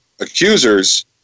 accusers